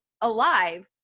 alive